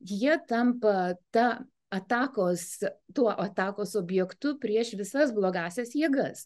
jie tampa ta atakos tuo atakos objektu prieš visas blogąsias jėgas